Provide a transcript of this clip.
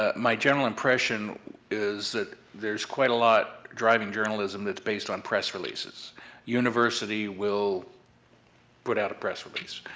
ah my general impression is that there's quite a lot driving journalism that's based on press releases university will put out a press release,